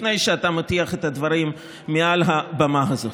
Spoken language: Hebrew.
לפני שאתה מטיח את הדברים מעל הבמה הזאת.